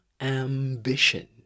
ambition